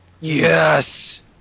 Yes